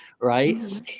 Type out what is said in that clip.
right